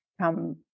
come